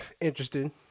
interesting